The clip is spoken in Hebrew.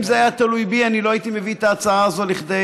אם זה היה תלוי בי אני לא הייתי מביא את ההצעה הזאת לכדי,